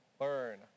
learn